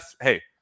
hey